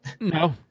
no